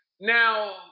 Now